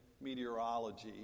meteorology